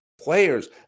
players